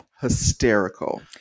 hysterical